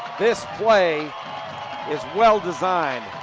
this play is well designed.